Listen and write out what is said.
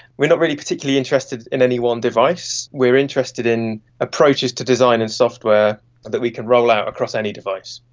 we are not really particularly interested in any one device, we are interested in approaches to design and software that we can roll out across any device.